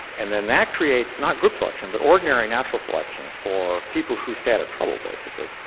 and then that creates not group selection but ordinary, natural selection for people who stay out of trouble, basically.